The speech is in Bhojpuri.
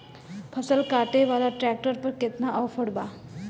फसल काटे वाला ट्रैक्टर पर केतना ऑफर बा?